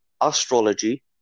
astrology